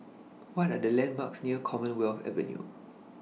What Are The landmarks near Commonwealth Avenue